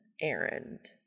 errand